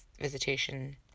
visitation